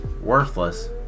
worthless